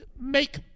make